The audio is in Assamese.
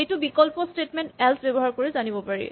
এইটো বিকল্প স্টেটমেন্ট এল্চ ব্যৱহাৰ কৰি জানিব পাৰি